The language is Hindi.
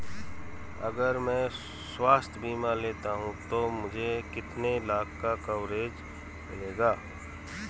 अगर मैं स्वास्थ्य बीमा लेता हूं तो मुझे कितने लाख का कवरेज मिलेगा?